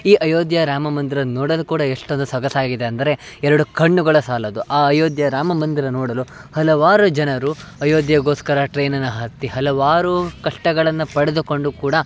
ಈ ಅಯೋಧ್ಯೆ ರಾಮ ಮಂದಿರ ನೋಡಲು ಕೂಡ ಎಷ್ಟೊಂದು ಸೊಗಸಾಗಿದೆ ಅಂದರೆ ಎರಡು ಕಣ್ಣುಗಳು ಸಾಲದು ಆ ಅಯೋಧ್ಯೆ ರಾಮ ಮಂದಿರ ನೋಡಲು ಹಲವಾರು ಜನರು ಅಯೋಧ್ಯೆಗೋಸ್ಕರ ಟ್ರೇನನ್ನ ಹತ್ತಿ ಹಲವಾರು ಕಷ್ಟಗಳನ್ನು ಪಡೆದುಕೊಂಡು ಕೂಡ